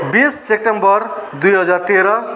बिस सेप्टेम्बर दुई हजार तेह्र